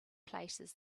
places